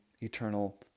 eternal